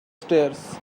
stairs